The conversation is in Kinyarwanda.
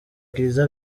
kiliziya